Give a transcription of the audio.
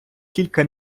кілька